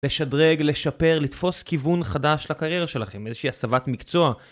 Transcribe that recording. לשדרג, לשפר, לתפוס כיוון חדש לקריירה שלכם, איזושהי הסבת מקצוע.